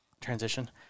transition